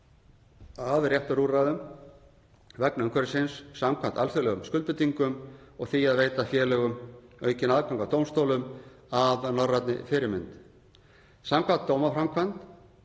að réttarúrræðum vegna umhverfisins samkvæmt alþjóðlegum skuldbindingum og því að veita félögum aukinn aðgang að dómstólum að norrænni fyrirmynd. Samkvæmt dómaframkvæmd